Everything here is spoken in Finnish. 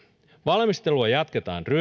valmistelua jatketaan